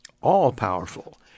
all-powerful